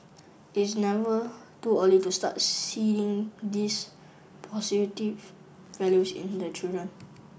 is never too early to start seeding these positive values in the children